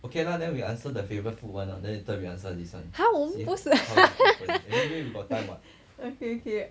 !huh! 我们不是 okay okay